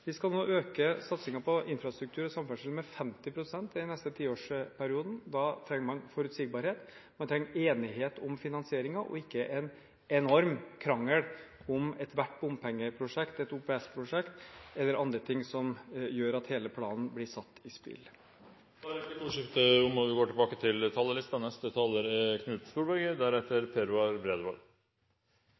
Vi skal nå øke satsingen på infrastruktur og samferdsel med 50 pst. i den neste tiårsperioden. Da trenger man forutsigbarhet. Man trenger enighet om finansieringen – ikke en enorm krangel om ethvert bompengeprosjekt, et OPS-prosjekt eller annet som gjør at hele planen blir satt i spill. Replikkordskiftet er omme. For oss som kommer både fra skogen og lever av skogen – i innlandet – kan det være to tilnærminger til